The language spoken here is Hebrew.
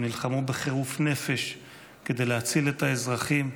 הם נלחמו בחירוף נפש כדי להציל את האזרחים.